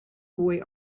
boy